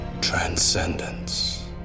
Transcendence